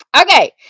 okay